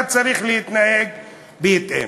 אתה צריך להתנהג בהתאם.